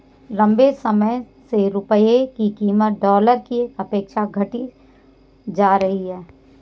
लंबे समय से रुपये की कीमत डॉलर के अपेक्षा घटती जा रही है